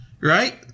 Right